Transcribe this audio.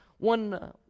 One